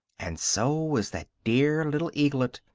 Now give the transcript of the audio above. and so was that dear little eaglet!